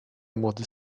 młody